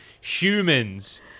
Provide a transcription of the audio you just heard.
humans